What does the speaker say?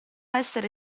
essere